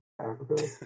Africa